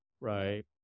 right